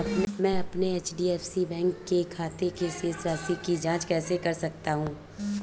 मैं अपने HDFC bank के खाते की शेष राशि की जाँच कैसे कर सकता हूँ?